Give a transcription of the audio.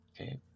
Okay